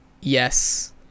yes